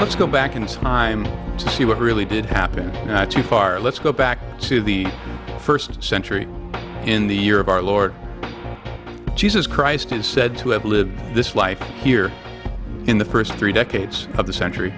let's go back in time to see what really did happen not too far let's go back to the first century in the year of our lord jesus christ is said to have lived this life here in the first three decades of the century